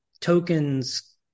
tokens